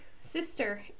sister